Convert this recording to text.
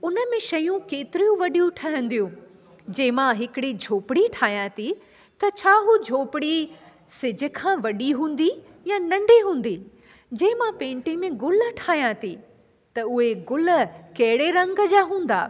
उनमें शयूं केतिरियूं वॾियूं ठहंदियूं जे मां हिकिड़ी झोपड़ी ठाहियां थी त छा हू झोपड़ी सिज खां वॾी हूंदी या नंढी हूंदी जे मां पेंटिंग में गुल ठाहियां थी त उहे गुल कहिड़े रंग जा हूंदा